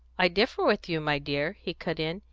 i differ with you, my dear, he cut in.